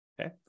Okay